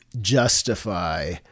justify